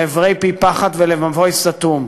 לעברי פי פחת ולמבוי סתום.